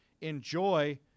enjoy